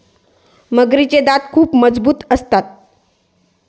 मगरीचे दात खूप मजबूत असतात